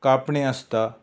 कांपणी आसता